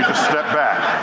step back.